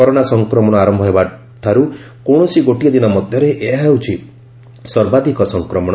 corona ସଂକ୍ରମଣ ଆରମ୍ଭ ହେବାଠାର୍ର କୌଣସି ଗୋଟିଏ ଦିନ ମଧ୍ୟରେ ଏହା ହେଉଛି ସର୍ବାଧକ ସଂକ୍ରମଣ